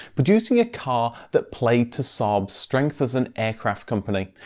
producing a car that played to saab's strength as an aircraft company.